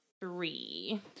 three